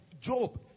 job